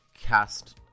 cast